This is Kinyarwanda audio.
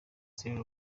sierra